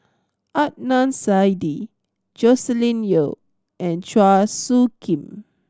Adnan Saidi Joscelin Yeo and Chua Soo Khim